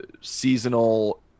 seasonal